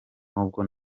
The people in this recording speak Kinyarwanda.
n’ubwo